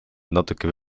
natukene